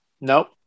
Nope